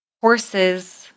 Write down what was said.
Horses